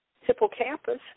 hippocampus